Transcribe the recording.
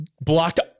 blocked